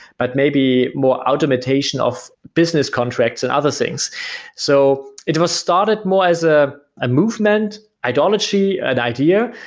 but maybe more automation of business contracts and other things so it was started more as a ah movement, ideology, an idea,